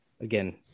Again